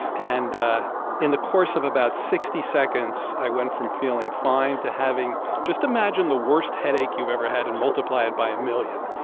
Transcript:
and in the course of about sixty seconds, i went from feeling fine to having just imagine the worst headache you've ever had and multiply it by a million.